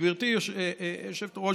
גברתי היושבת-ראש,